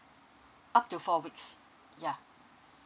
up to four weeks ya